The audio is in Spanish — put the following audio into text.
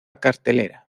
cartelera